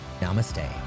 Namaste